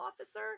officer